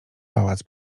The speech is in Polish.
pałac